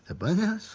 but